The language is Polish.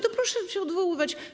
To proszę się odwoływać.